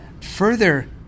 further